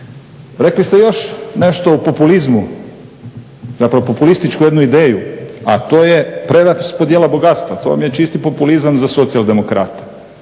Rekli ste još nešto o populizmu, zapravo populističku jednu ideju, a to je preraspodjela bogatstva. To vam je čisti populizam za Socijaldemokrate.